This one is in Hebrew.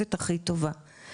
במעטפת הכי טובה.